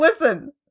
listen